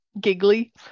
giggly